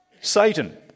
Satan